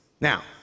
Now